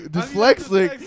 Dyslexic